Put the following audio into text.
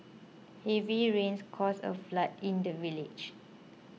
heavy rains caused a flood in the village